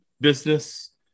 business